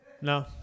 No